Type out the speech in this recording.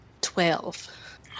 Twelve